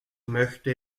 möchte